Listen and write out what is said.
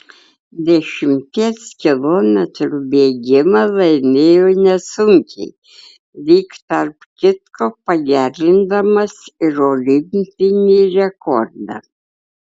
dešimties kilometrų bėgimą laimėjo nesunkiai lyg tarp kitko pagerindamas ir olimpinį rekordą